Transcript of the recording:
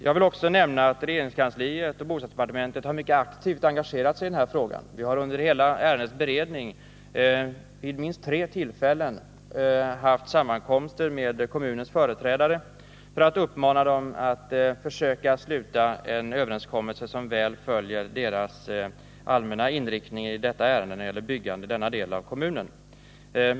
Jag vill också nämna att regeringskansliet och bostadsdepartementet mycket aktivt har engagerat sig i denna fråga. Vi har under hela ärendets beredning vid minst tre tillfällen haft sammankomster med kommunens företrädare för att uppmana dem att försöka göra en överenskommelse som väl följer deras allmänna inriktning när det gäller byggandet i denna del av kommunen.